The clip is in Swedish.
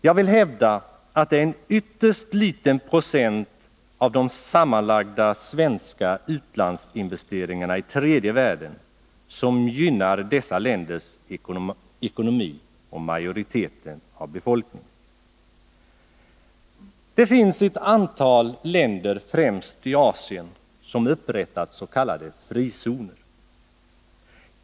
Jag vill hävda att det är en ytterst liten procent av de sammanlagda svenska utlandsinvesteringarna i tredje världen som gynnar dessa länders ekonomi och majoriteten av befolkningen. Det finns ett antal länder, främst i Asien, som upprättat s.k. frizoner.